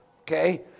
okay